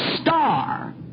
Star